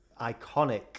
iconic